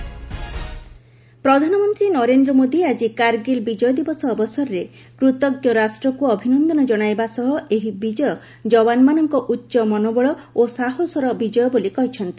ମନ୍ କୀ ବାତ୍ ପ୍ରଧାନମନ୍ତ୍ରୀ ନରେନ୍ଦ୍ର ମୋଦି ଆଜି କାର୍ଗିଲ୍ ବିଜୟ ଦିବସ ଅବସରରେ କୃତଜ୍ଞ ରାଷ୍ଟ୍ରକ୍ ଅଭିନନ୍ଦନ ଜଣାଇବା ସହ ଏହି ବିଜୟ ଯବାନମାନଙ୍କ ଉଚ୍ଚ ମନୋବଳ ଓ ସାହସର ବିଜୟ ବୋଲି କହିଛନ୍ତି